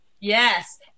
Yes